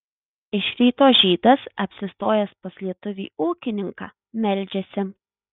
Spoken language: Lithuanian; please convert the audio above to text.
iš ryto žydas apsistojęs pas lietuvį ūkininką meldžiasi